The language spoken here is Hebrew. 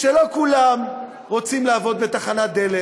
שלא כולם רוצים לעבוד בתחנת דלק